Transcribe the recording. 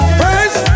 praise